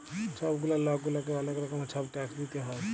ছব গুলা লক গুলাকে অলেক রকমের ছব ট্যাক্স দিইতে হ্যয়